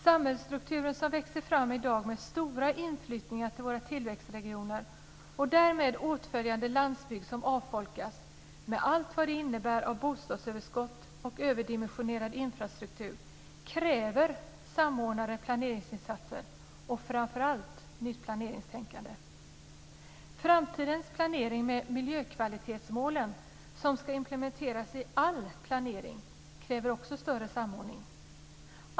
Samhällsstrukturen som växer fram i dag med stora inflyttningar till våra tillväxtregioner och därmed åtföljande landsbygd som avfolkas med allt vad det innebär av bostadsöverskott och överdimensionerad infrastruktur kräver samordnade planeringsinsatser och framför allt nytt planeringstänkande. Framtidens planering med miljökvalitetsmål som ska implementeras i all planering kräver också större samordning.